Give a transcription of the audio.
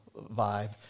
vibe